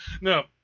No